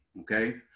okay